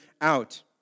out